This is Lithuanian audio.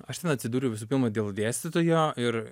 aš ten atsidūriau visų pirma dėl dėstytojo ir